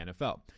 NFL